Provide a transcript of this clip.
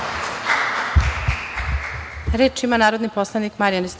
Reč ima narodni poslanik Marijan